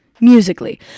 musically